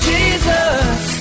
Jesus